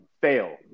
fail